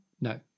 No